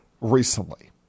recently